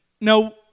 Now